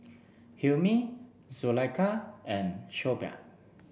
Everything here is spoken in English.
Hilmi Zulaikha and Shoaib